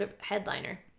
Headliner